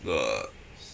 uh